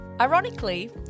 Ironically